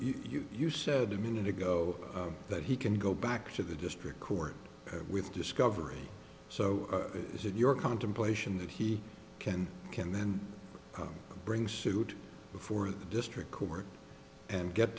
so you said a minute ago that he can go back to the district court with discovery so is it your contemplation that he can can then bring suit before the district court and get